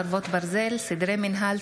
חרבות ברזל) (סדרי מינהל,